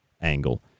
angle